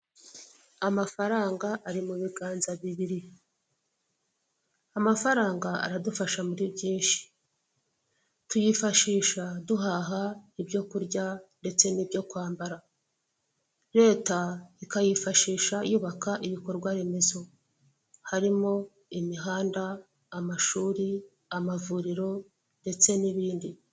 amafaranga ari mu biganza bibiri, amafaranga aradufasha muri byinshi tuyifashisha duhaha ibyo kurya ndetse n'ibyo kwambara, leta ikayifashisha yubaka ibikorwaremezo harimo imihanda, amashuri amavuriro ndetse n'ibindi.